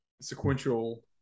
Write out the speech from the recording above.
sequential